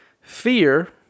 fear